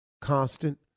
Constant